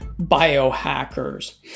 biohackers